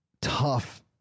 tough